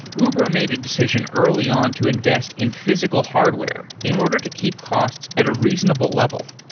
uber made a decision early on to invest in physical hardware in order to keep costs at a reasonable level.